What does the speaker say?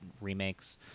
remakes